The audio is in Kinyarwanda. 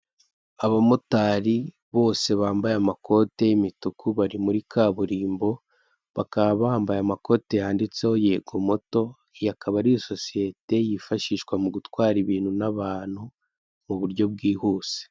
Abamotari bose bambaye amakoti y'imituku bari muri kaburimbo, bakaba bambaye amakoti yanditseho Yego moto, iyo akaba ari sosiyete yifashishwa mu gutwara ibintu n'abantu mu buryo bwihuse.